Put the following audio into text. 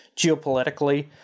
geopolitically